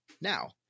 now